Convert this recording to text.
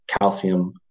calcium